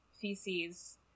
feces